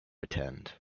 attend